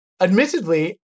admittedly